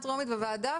4 בעד,